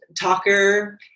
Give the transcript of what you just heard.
talker